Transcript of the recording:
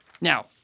Now